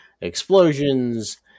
explosions